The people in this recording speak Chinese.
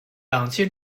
氧气